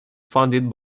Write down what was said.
funded